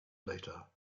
later